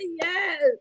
yes